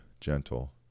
gentle